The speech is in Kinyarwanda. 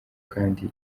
kandi